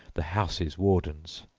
the house's wardens.